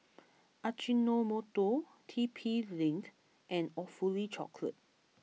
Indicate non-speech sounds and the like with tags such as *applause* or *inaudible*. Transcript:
*noise* Ajinomoto T P Link and Awfully Chocolate